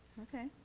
okay.